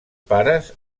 pares